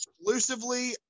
exclusively